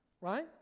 Right